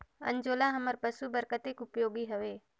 अंजोला हमर पशु बर कतेक उपयोगी हवे?